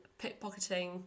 pickpocketing